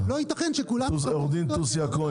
לא ייתכן שכולם יקבלו את --- עורך דין תוסיה כהן,